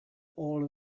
all